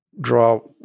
draw